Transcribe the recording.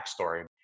backstory